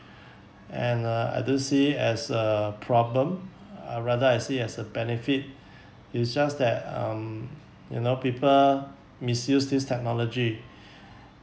and uh I don't see as a problem uh rather I see as a benefit it's just that um you know people misuse this technology